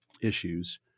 issues